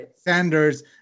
Sanders